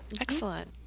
Excellent